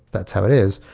that's how it is.